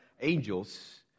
angels